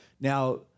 Now